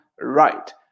right